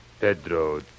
Pedro